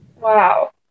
wow